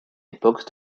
époque